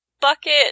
bucket